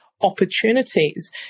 opportunities